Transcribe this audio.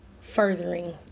furthering